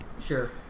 Sure